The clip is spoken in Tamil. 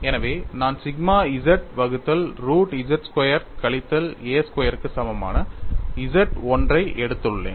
எனவே நான் சிக்மா z வகுத்தல் ரூட் z ஸ்கொயர் கழித்தல் a ஸ்கொயர் க்கு சமமான Z 1 ஐ எடுத்துள்ளேன்